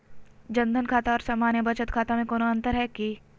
जन धन खाता और सामान्य बचत खाता में कोनो अंतर है की?